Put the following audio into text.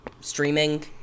streaming